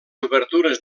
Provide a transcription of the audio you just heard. obertures